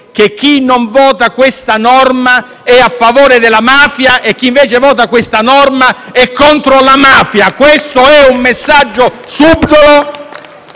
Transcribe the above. cui chi non vota questa norma è a favore della mafia e chi invece la vota è contro la mafia. Questo è un messaggio subdolo,